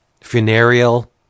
funereal